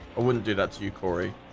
wouldn't do that to you cory,